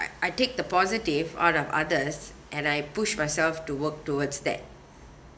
I I take the positive out of others and I push myself to work towards that